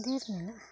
ᱢᱩᱱᱫᱤᱨ ᱢᱮᱱᱟᱜ ᱟ